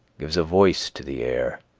gives a voice to the air